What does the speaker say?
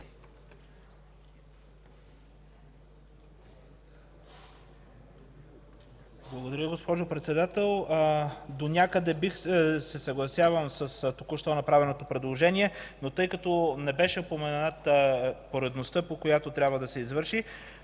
Благодаря, госпожо Председател. Донякъде се съгласявам с току-що направеното предложение, но тъй като не беше упомената поредността, по която трябва да се извърши,